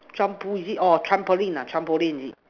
Trump pull is it orh trampoline lah trampoline is it